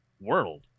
world